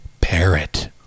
parrot